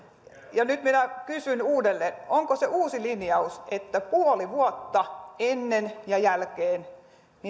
nyt minä kysyn uudelleen onko se uusi linjaus että puoli vuotta ennen ja jälkeen